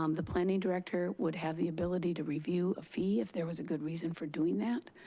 um the planning director would have the ability to review a fee if there was a good reason for doing that.